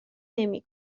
نمی